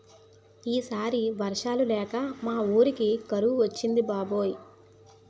ఈ సారి వర్షాలు లేక మా వూరికి కరువు వచ్చింది బాబాయ్